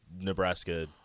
Nebraska